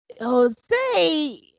Jose